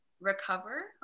recover